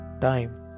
time